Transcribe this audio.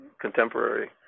contemporary